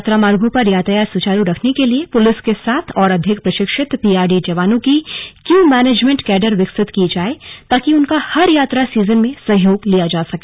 यात्रा मार्गो पर यातायात सुचारू रखने के लिए पुलिस के साथ और अधिक प्रशिक्षित पीआरडी जवानों की क्यू मैनेजमेंट काडर विकसित की जाए ताकि उनका हर यात्रा सीजन में सहयोग लिया जा सके